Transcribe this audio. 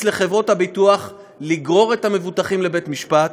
לחברות הביטוח לגרור את המבוטחים לבית-משפט,